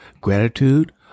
gratitude